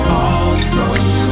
awesome